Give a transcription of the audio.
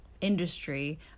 industry